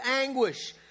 anguish